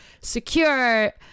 secure